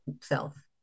self